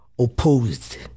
opposed